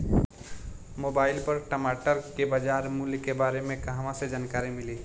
Mobile पर टमाटर के बजार मूल्य के बारे मे कहवा से जानकारी मिली?